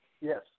Yes